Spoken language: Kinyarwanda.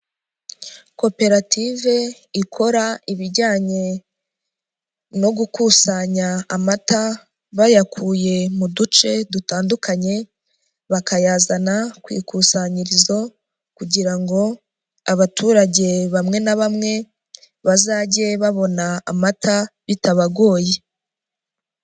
Koperative ikora ibijyanye no gukusanya amata, bayakuye mu duce dutandukanye, bakayazana ku ikusanyirizo kugira ngo abaturage bamwe na bamwe bazajye babona amata bitabagoye.